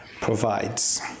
provides